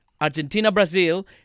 Argentina-Brazil